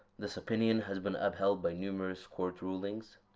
this opinion has been upheld by numerous court rulings.